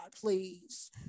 please